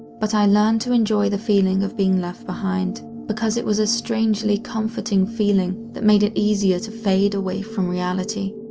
but i learned to enjoy the feeling of being left behind, because it was a strangely comforting feeling that made it easier to fade away from reality.